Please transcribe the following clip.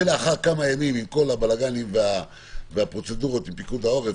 ואחרי כמה ימים עם כל הבלגאנים והפרוצדורות עם פיקוד העורף,